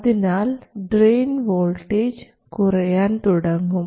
അതിനാൽ drain voltage കുറയാൻ തുടങ്ങും